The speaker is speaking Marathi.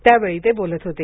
त्यावेळी ते बोलत होते